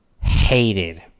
hated